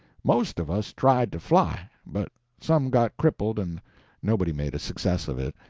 most of us tried to fly, but some got crippled and nobody made a success of it.